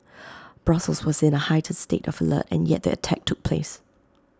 Brussels was in A heightened state of alert and yet the attack took place